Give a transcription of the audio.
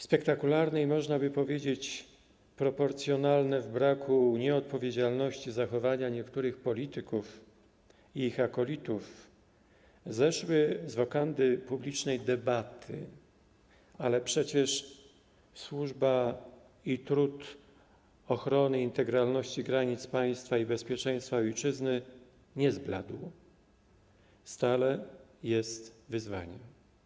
Spektakularne i, można by powiedzieć, proporcjonalne w nieodpowiedzialności zachowania niektórych polityków i ich akolitów zeszły z wokandy publicznej debaty, ale przecież służba i trud ochrony integralności granic państwa i bezpieczeństwa ojczyzny nie zbladł, stale jest wyzwaniem.